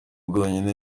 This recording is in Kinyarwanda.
bwonyine